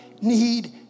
need